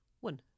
one